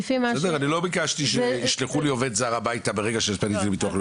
אני לא ביקשתי שישלחו לי עובד זר הביתה ברגע שפניתי לביטוח לאומי.